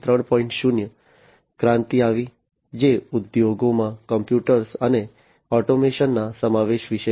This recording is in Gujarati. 0 ક્રાંતિ આવી જે ઉદ્યોગોમાં કમ્પ્યુટર અને ઓટોમેશનના સમાવેશ વિશે હતી